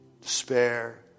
despair